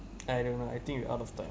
I don't know I think you out of that